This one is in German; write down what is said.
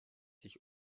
sich